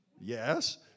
Yes